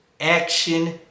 Action